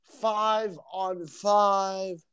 Five-on-five